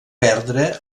perdre